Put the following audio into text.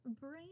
brain